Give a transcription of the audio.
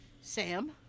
Sam